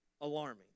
alarming